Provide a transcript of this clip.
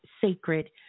sacred